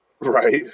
Right